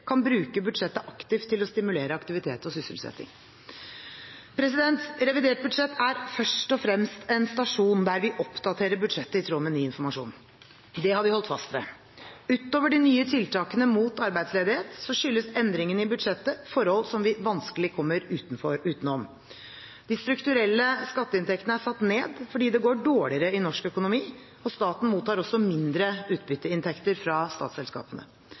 kan bruke budsjettet aktivt til å stimulere aktivitet og sysselsetting. Revidert budsjett er først og fremst en stasjon der vi oppdaterer budsjettet i tråd med ny informasjon. Det har vi holdt fast ved. Utover de nye tiltakene mot arbeidsledighet skyldes endringene i budsjettet forhold som vi vanskelig kommer utenom. De strukturelle skatteinntektene er satt ned fordi det går dårligere i norsk økonomi, og staten mottar også mindre utbytteinntekter fra statsselskapene.